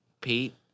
Pete